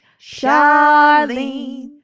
Charlene